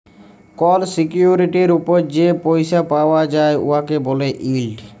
call সিকিউরিটির উপর যে পইসা পাউয়া যায় উয়াকে ব্যলে ইল্ড